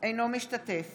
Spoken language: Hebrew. אינו משתתף